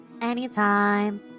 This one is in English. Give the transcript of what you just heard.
Anytime